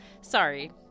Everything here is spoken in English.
Sorry